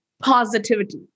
positivity